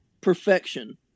perfection